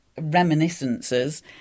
reminiscences